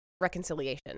reconciliation